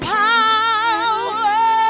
power